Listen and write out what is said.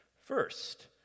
First